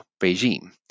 regime